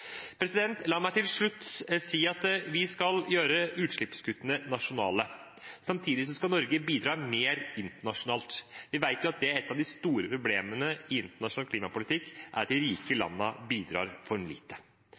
La meg til slutt si at vi skal gjøre utslippskuttene nasjonale. Samtidig skal Norge bidra mer internasjonalt. Vi vet at et av de store problemene i internasjonal klimapolitikk er at de rike landene bidrar for lite.